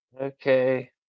Okay